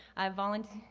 i volunteered